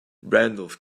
randolph